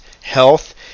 health